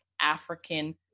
African